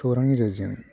खौरांनि गेजेरजों